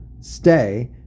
stay